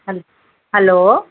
hello hello